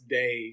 day